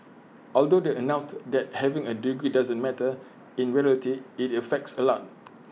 although they announced that having A degree doesn't matter in reality IT affects A lot